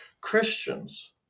Christians